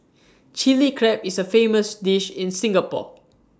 Chilli Crab is A famous dish in Singapore